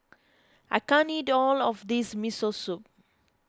I can't eat all of this Miso Soup